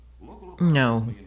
No